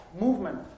Movement